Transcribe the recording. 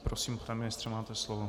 Prosím, pane ministře, máte slovo.